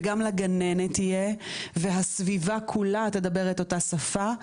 וגם לגננת יהיה והסביבה כולה תדבר את אותה שפה,